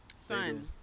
Son